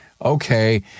Okay